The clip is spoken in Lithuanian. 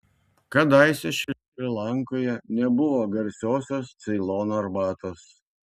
kadaise šri lankoje nebuvo garsiosios ceilono arbatos